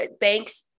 banks